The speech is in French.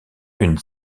une